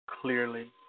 clearly